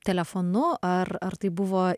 telefonu ar ar tai buvo